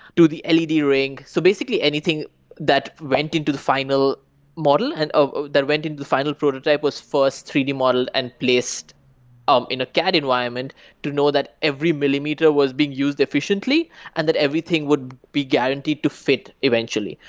to the led ring. so basically, anything that went into the final model and ah that went into the final prototype was first three d model and placed um in a cad environment to know that every millimeter was being used efficiently and that everything would be guaranteed to fit eventually.